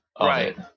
right